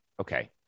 Okay